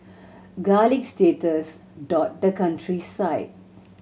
garlic status dot the countryside